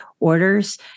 orders